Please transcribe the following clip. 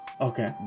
Okay